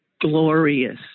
glorious